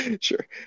Sure